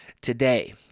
today